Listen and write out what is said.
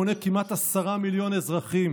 המונה כמעט עשרה מיליון אזרחים